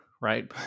right